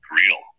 real